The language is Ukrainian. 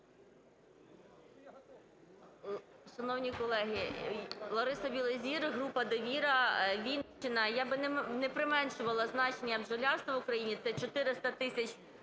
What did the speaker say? Шановні колеги! Лариса Білозір, група "Довіра", Вінниччина. Я би не применшувала значення бджолярства в Україні, це 400 тисяч